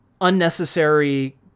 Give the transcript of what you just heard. unnecessary